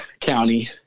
county